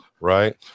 right